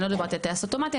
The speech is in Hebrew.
אני לא מדברת על טייס אוטומטי,